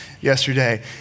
yesterday